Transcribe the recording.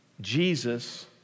Jesus